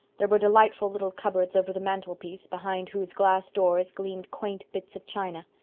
there were delightful little cupboards over the mantelpiece, behind whose glass doors gleamed quaint bits of china.